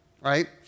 right